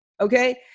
okay